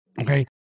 Okay